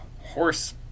horse